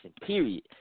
period